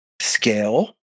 scale